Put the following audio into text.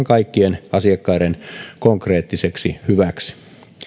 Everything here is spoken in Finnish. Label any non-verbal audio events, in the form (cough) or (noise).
(unintelligible) kaikkien meidän asiakkaiden konkreettiseksi hyväksi